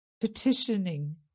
Petitioning